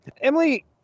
emily